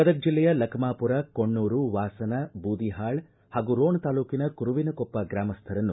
ಗದಗ ಜಿಲ್ಲೆಯ ಲಕಮಾಪುರ ಕೊಣ್ಣೂರು ವಾಸನ ಬೂದಿಹಾಳ ಹಾಗೂ ರೋಣ ತಾಲೂಕಿನ ಕುರುವಿನಕೊಪ್ಪ ಗ್ರಾಮಸ್ವರನ್ನು